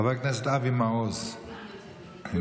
חבר כנסת אבי מעוז, איננו.